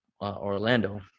Orlando